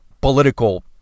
political